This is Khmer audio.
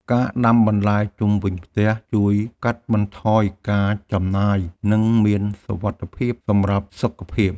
ការដាំបន្លែជុំវិញផ្ទះ ជួយកាត់បន្ថយការចំណាយ និងមានសុវត្ថិភាពសម្រាប់សុខភាព។